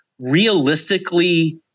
realistically